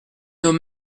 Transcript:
nos